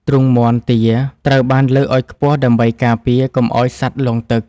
ទ្រុងមាន់ទាត្រូវបានលើកឱ្យខ្ពស់ដើម្បីការពារកុំឱ្យសត្វលង់ទឹក។